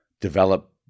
develop